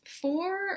four